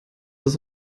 das